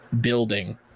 building